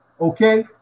okay